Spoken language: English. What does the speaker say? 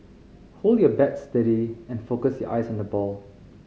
hold your bat steady and focus your eyes on the ball